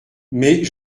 mais